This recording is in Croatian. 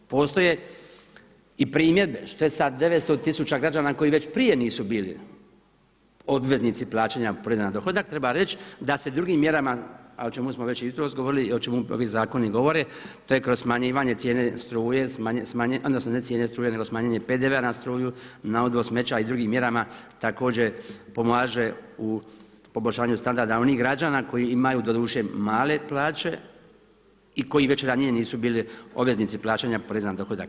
Postoje i primjedbe, što je sa 900 tisuća građana koji već prije nisu bili obveznici plaćanja poreza na dohodak, treba reći da se drugim mjerama, a o čemu smo već i jutros govorili i o čemu ovi zakoni govore, to je kroz smanjivanje cijene struje, odnosno ne smanjenje cijena struje nego smanjenje PDV-a na struju, na odvoz smeća i drugim mjerama također pomaže u poboljšanju standarda onih građana koji imaju doduše male plaće i koji već ranije nisu bili obveznici plaćanja poreza na dohodak.